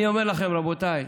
אני אומר לכם, רבותיי,